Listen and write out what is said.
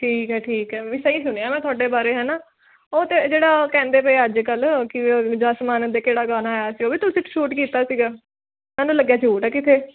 ਠੀਕ ਹੈ ਠੀਕ ਹੈ ਵੀ ਸਹੀ ਸੁਣਿਆ ਮੈਂ ਤੁਹਾਡੇ ਬਾਰੇ ਹੈ ਨਾ ਉਹ ਤਾਂ ਜਿਹੜਾ ਕਹਿੰਦੇ ਪਏ ਅੱਜ ਕੱਲ੍ਹ ਗੁਰਦਾਸ ਮਾਨ ਦਾ ਕਿਹੜਾ ਗਾਣਾ ਆਇਆ ਸੀ ਉਹ ਵੀ ਤੁਸੀਂ ਇੱਕ ਸ਼ੂਟ ਕੀਤਾ ਸੀਗਾ ਮੈਨੂੰ ਲੱਗਿਆ ਝੂਠ ਹੈ ਕਿਤੇ